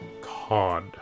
Cod